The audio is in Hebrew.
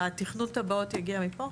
רגע, תכנון התב"עות יגיע מפה?